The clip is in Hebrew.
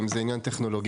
אם זה עניין טכנולוגי.